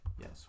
yes